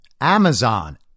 amazon